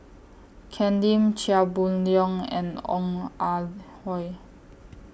Ken Lim Chia Boon Leong and Ong Ah Hoi